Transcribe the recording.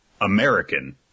American